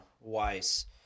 Weiss